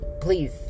Please